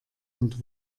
und